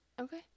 Okay